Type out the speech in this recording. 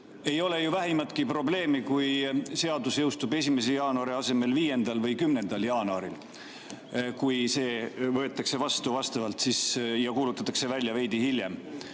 Ei ole ju vähimatki probleemi, kui seadus jõustub 1. jaanuari asemel 5. või 10. jaanuaril, kui see vastavalt vastu võetakse ja kuulutatakse välja veidi hiljem.